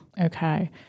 Okay